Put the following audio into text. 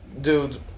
dude